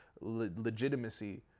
legitimacy